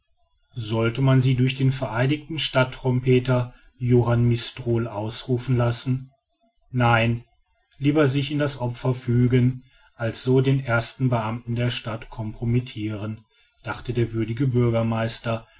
sollte man sie durch den vereidigten stadttrompeter johann mistrol ausrufen lassen nein lieber sich in das opfer fügen als so den ersten beamten der stadt compromittiren dachte der würdige bürgermeister